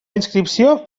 inscripció